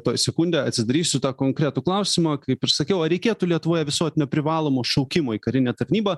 toj sekundę atsidarysiu tą konkretų klausimą kaip ir sakiau ar reikėtų lietuvoje visuotinio privalomo šaukimo į karinę tarnybą